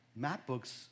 MacBooks